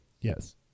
Yes